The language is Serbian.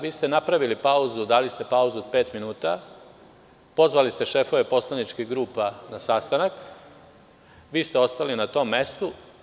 Vi ste napravili pauzu, dali ste pauzu od pet minuta, pozvali ste šefove poslaničkih grupa na sastanak, vi ste ostali na tom mestu.